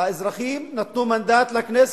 האזרחים נתנו מנדט לכנסת.